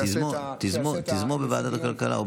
שיעשה תיזמו בוועדת הכלכלה.